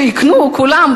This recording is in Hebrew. שיקנו כולם,